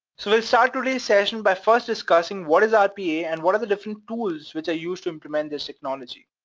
so we'll start today's session by first discussing what is rpa and what are the different tools which are used to implement this technology.